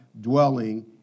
dwelling